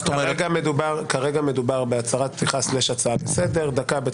כרגע מדובר בהצהרת פתיחה/הצעה לסדר וכל אחד מקבל דקה.